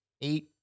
eight